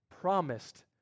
promised